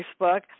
Facebook